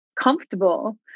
comfortable